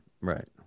Right